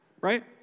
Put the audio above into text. right